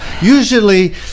Usually